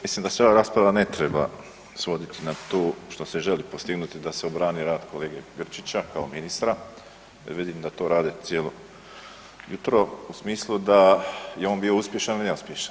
Mislim da se ova rasprava ne treba svoditi na to što se želi postignuti da se obrani radi kolege Grčića kao ministra, jer vidim da to rade cijelo jutro u smislu da je on bio uspješan ili neuspješan.